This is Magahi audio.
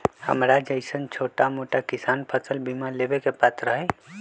हमरा जैईसन छोटा मोटा किसान फसल बीमा लेबे के पात्र हई?